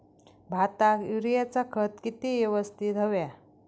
भाताक युरियाचा खत किती यवस्तित हव्या?